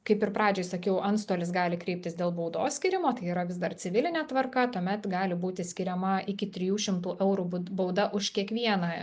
kaip ir pradžioj sakiau antstolis gali kreiptis dėl baudos skyrimo tai yra vis dar civiline tvarka tuomet gali būti skiriama iki trijų šimtų eurų bauda už kiekvieną